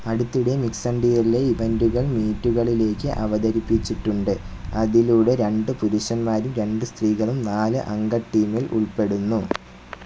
അടുത്തിടെ mixed relay ഇവൻറ്റുകൾ മീറ്റുകളിലേക്ക് അവതരിപ്പിച്ചിട്ടുണ്ട് അതിലൂടെ രണ്ട് പുരുഷന്മാരും രണ്ട് സ്ത്രീകളും നാല് അംഗ ടീമിൽ ഉൾപ്പെടുന്നു